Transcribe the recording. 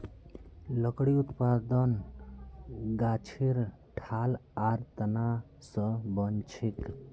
लकड़ी उत्पादन गाछेर ठाल आर तना स बनछेक